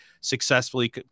successfully